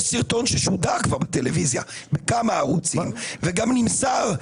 יש סרטון ששודר כבר בטלוויזיה בכמה ערוצים וגם נמסר למח"ש.